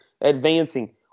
advancing